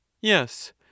Yes